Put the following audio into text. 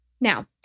Now